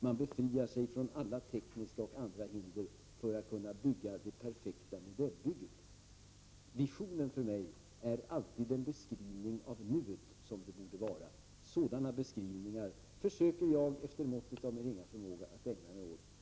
Man befriar sig från alla tekniska och andra hinder för att kunna bygga det perfekta modellbygget. För mig är alltid visionen en beskrivning av nuet som det borde vara. Sådana beskrivningar försöker jag efter måttet av min ringa förmåga att ägna mig åt.